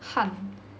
汗